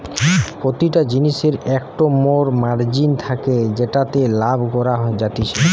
প্রতিটা জিনিসের একটো মোর মার্জিন থাকে যেটাতে লাভ করা যাতিছে